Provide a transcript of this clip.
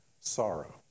sorrow